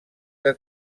que